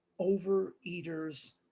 Overeaters